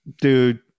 Dude